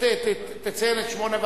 תציין את שמו,